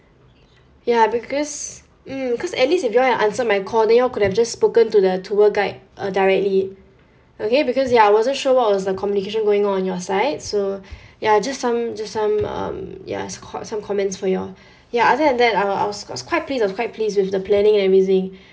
ya because mm because at least if you all had answered my call then you all could have just spoken to the tour guide uh directly okay because ya I wasn't sure what was the communication going on your side so ya just some just some um ya it's co~ some comments for you all ya other than that I I was I was quite pleased I was quite pleased with the planning and everything